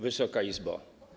Wysoka Izbo!